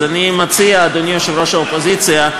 אז אני מציע, אדוני יושב-ראש האופוזיציה,